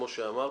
כמו שאמרת.